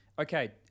Okay